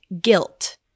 guilt